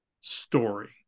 story